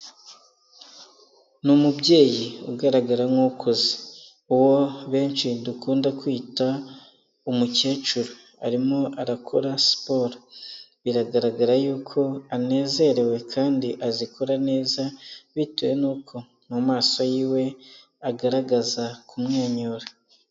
Ni umubyeyi ugaragara nk'ukuze. Uwo benshi dukunda kwita umukecuru. Arimo arakora siporo, biragaragara yuko anezerewe, kandi azikora neza, bitewe n'uko mu maso yiwe, agaragaza kumwenyura.